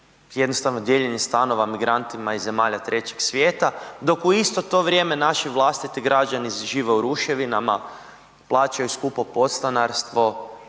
jednostavno dijeljenje stanova migrantima iz zemalja 3 svijeta dok u isto to vrijeme naši vlastiti građani žive u ruševinama, plaćaju skupo podstanarstvo,